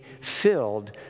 filled